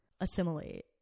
assimilate